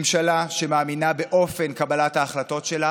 ממשלה שמאמינה באופן קבלת ההחלטות שלה